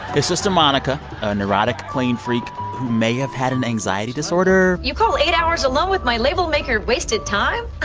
his sister monica, a neurotic clean freak who may have had an anxiety disorder. you call eight hours alone with my label maker wasted time?